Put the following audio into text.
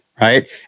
right